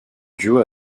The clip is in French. duo